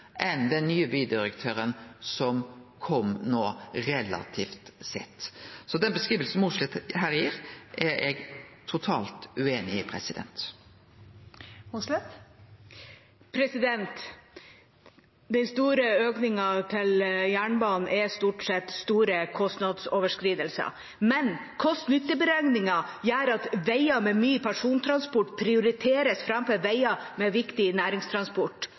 enn den nye Vy-direktøren som kom no. Så den beskrivinga representanten Mossleth her gir, er eg totalt ueinig i. Den store økningen til jernbanen er stort sett store kostnadsoverskridelser. Kost–nytte-beregninger gjør at veier med mye persontransport prioriteres framfor veier med viktig næringstransport.